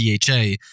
DHA